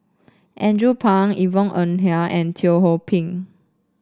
Andrew Phang Yvonne Ng Uhde and Teo Ho Pin